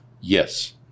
Yes